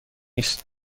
است